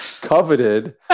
coveted